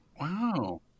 Wow